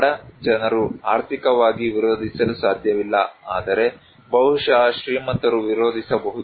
ಬಡ ಜನರು ಆರ್ಥಿಕವಾಗಿ ವಿರೋಧಿಸಲು ಸಾಧ್ಯವಿಲ್ಲ ಆದರೆ ಬಹುಶಃ ಶ್ರೀಮಂತರು ವಿರೋಧಿಸಬಹುದು